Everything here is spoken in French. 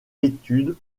études